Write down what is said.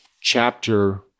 chapter